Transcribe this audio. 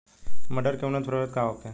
मटर के उन्नत प्रभेद का होखे?